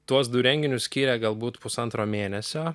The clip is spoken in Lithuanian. tuos du renginius skyrė galbūt pusantro mėnesio